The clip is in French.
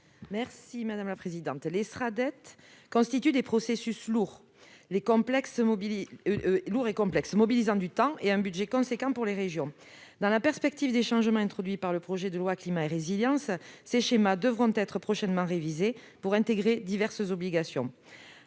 rectifié . L'élaboration des Sraddet constitue un processus lourd et complexe, qui mobilise du temps et un budget important pour les régions. Dans la perspective des changements introduits par le projet de loi Climat et résilience, ces schémas devront en outre être prochainement révisés pour intégrer diverses obligations.